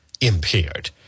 Impaired